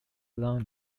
lawn